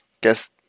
guess